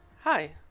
Hi